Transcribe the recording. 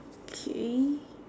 okay